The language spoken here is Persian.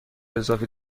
اضافی